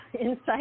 insight